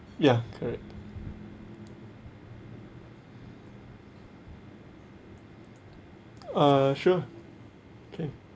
ya correct uh sure can